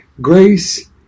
Grace